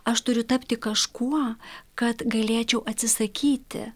aš turiu tapti kažkuo kad galėčiau atsisakyti